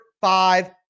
five